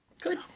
Good